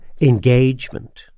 engagement